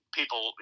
people